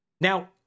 Now